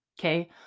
Okay